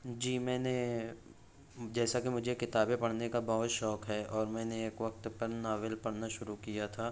جی میں نے جیسا کہ مجھے کتابیں پڑھنے کا بہت شوق ہے اور میں نے ایک وقت پر ناول پڑھنا شروع کیا تھا